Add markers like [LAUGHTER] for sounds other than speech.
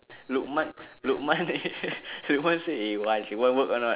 lukman lukman then [LAUGHS] lukman say eh want you want work or not